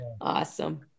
awesome